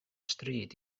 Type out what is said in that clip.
stryd